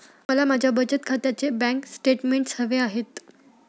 मला माझ्या बचत खात्याचे बँक स्टेटमेंट्स हवे आहेत